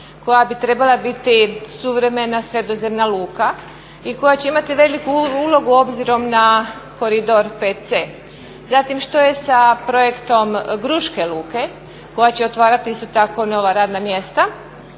koja bi trebala biti suvremena sredozemna luka i koja će imati veliku ulogu obzirom na koridor 5C. Zatim što je sa projektom Gruške luke koja će otvarati isto tako nova radna mjesta.